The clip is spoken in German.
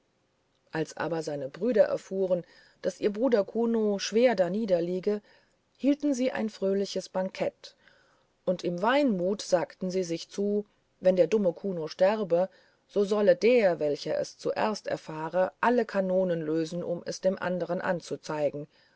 als aber seine brüder erfuhren daß ihr bruder kuno schwer darniederliege hielten sie ein fröhliches bankett und im weinmut sagten sie sich zu wenn der dumme kuno sterbe so solle der welcher es zuerst erfahre alle kanonen lösen um es dem andern anzuzeigen